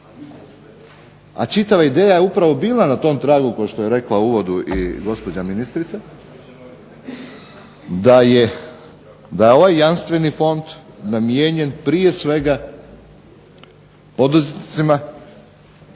A čitava ideja je upravo bila na tom tragu kao što je rekla u uvodu i gospođa ministrica, da je ovaj jamstveni fond namijenjen prije svega poduzetnicima